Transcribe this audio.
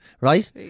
Right